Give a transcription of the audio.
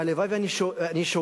הלוואי שאני שוגה,